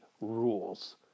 rules